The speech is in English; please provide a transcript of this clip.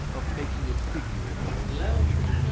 of making a figure in their own country,